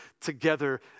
together